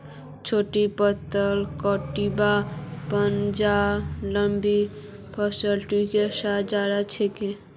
छोटी प्लस ट्यूबक पंजा लंबी प्लस ट्यूब स जो र छेक